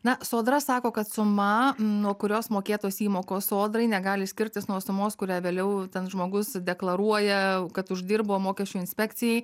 na sodra sako kad suma nuo kurios mokėtos įmokos sodrai negali skirtis nuo sumos kurią vėliau ten žmogus deklaruoja kad uždirbo mokesčių inspekcijai